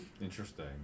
Interesting